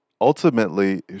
Ultimately